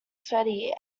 sweaty